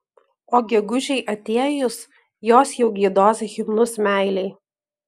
o gegužei atėjus jos jau giedos himnus meilei